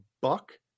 buck